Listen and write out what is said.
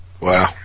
Wow